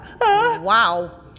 Wow